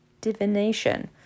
divination